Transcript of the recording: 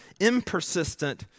impersistent